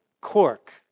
cork